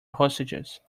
hostages